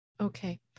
okay